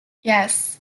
yes